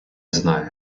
знаю